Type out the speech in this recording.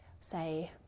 say